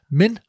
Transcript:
men